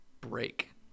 break